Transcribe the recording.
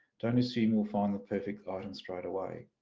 don't assume you'll find the perfect item straight away,